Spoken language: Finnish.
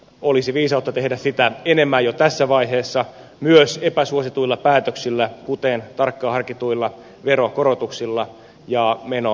olisi viisautta tehdä sitä enemmän jo tässä vaiheessa myös epäsuosituilla päätöksillä kuten tarkkaan harkituilla veronkorotuksilla ja menoleikkauksilla